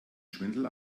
schwindel